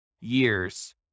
years